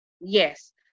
Yes